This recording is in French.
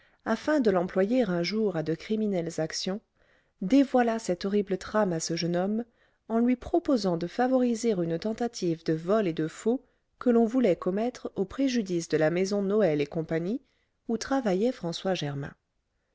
afin de l'employer un jour à de criminelles actions dévoila cette horrible trame à ce jeune homme en lui proposant de favoriser une tentative de vol et de faux que l'on voulait commettre au préjudice de la maison noël et compagnie où travaillait françois germain